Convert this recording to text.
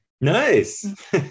Nice